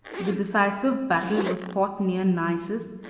the decisive battle was fought near naissus,